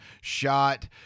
shot